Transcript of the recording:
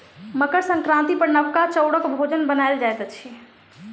मकर संक्रांति पर नबका चौरक भोजन बनायल जाइत अछि